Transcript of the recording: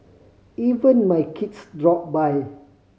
even my kids drop by